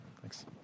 Thanks